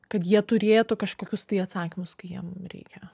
kad jie turėtų kažkokius tai atsakymus kai jiem reikia